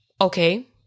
Okay